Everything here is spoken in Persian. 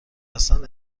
هستند